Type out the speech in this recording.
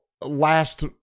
last